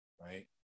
right